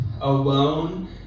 alone